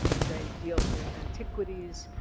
they deal in antiquities,